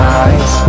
eyes